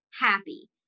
happy